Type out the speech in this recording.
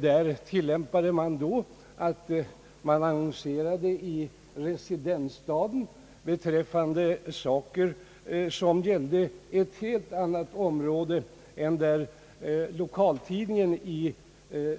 Där tillämpade länsstyrelsen den principen att man annonserade i residensstaden beträffande saker som gällde ett område där lokaltidningen i